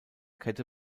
kette